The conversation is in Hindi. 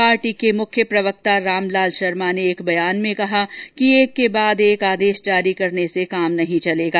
पार्टी के मुख्य प्रवक्ता रामलाल शर्मा ने एक बयान में कहा कि एक के बाद एक आदेश जारी करने से काम नहीं चलेगा